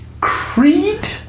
Creed